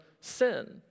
sin